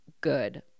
good